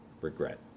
regret